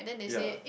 ya